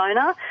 owner